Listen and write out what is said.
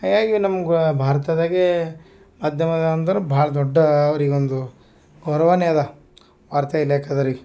ಹೀಗಾಗಿ ನಮ್ಗೆ ಭಾರತದಾಗೇ ಮಾಧ್ಯಮದ ಅಂದ್ರೆ ಭಾಳ ದೊಡ್ಡ ಅವರಿಗೊಂದು ಹೊರ್ವಾನೆ ಅದ ವಾರ್ತೆ ಇಲಾಖೆದವ್ರಿಗೆ